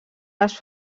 les